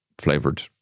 flavored